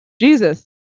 Jesus